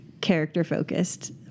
character-focused